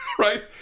right